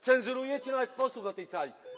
Cenzurujecie nawet posłów na tej sali.